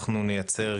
אנחנו נייצר,